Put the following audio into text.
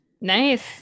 Nice